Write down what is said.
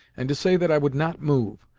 and to say that i would not move,